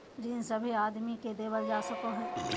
ऋण सभे आदमी के देवल जा सको हय